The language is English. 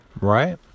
right